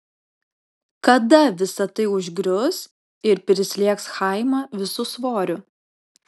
kada visa tai užgrius ir prislėgs chaimą visu svoriu